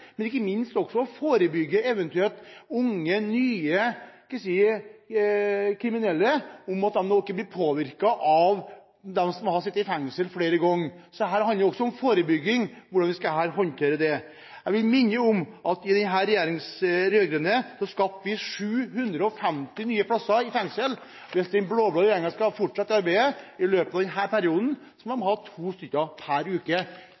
Men det handler ikke minst også om å forebygge slik at eventuelt unge, nye – skal vi si – kriminelle ikke blir påvirket av dem som har sittet i fengsel flere ganger. Her handler det om forebygging, om hvordan vi skal håndtere dette. Jeg vil minne om at den rød-grønne regjeringen skapte 750 nye fengselsplasser. Hvis den blå-blå regjeringen skal fortsette dette arbeidet i løpet av denne perioden, må den skape 2 plasser per uke.